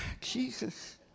Jesus